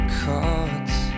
cards